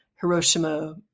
Hiroshima